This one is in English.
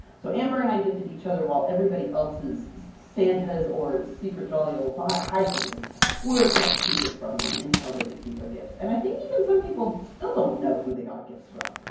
so amber and i gifted each other, while everybody else's santa's or secret jolly ol' high-things were kept secret from them until they received their gifts. and i think even some people still don't know who they got gifts from!